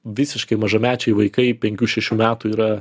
visiškai mažamečiai vaikai penkių šešių metų yra